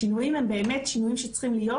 השינויים הם באמת שינויים שצריכים להיות